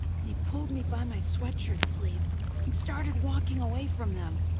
and he pulled me by my sweatshirt sleeve and started walking away from them.